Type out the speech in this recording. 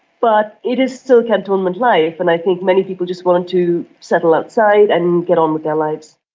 but it is still cantonment life and i think many people just wanted to settle outside and get on with their lives.